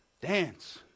Dance